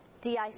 DIC